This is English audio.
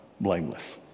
blameless